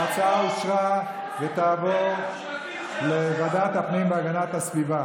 ההצעה אושרה ותעבור לוועדת הפנים והגנת הסביבה.